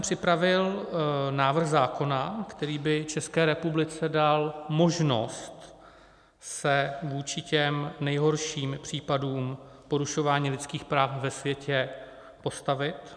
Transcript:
Připravil jsem návrh zákona, který by České republice dal možnost se vůči těm nejhorším případům porušování lidských práv ve světě postavit.